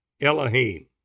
Elohim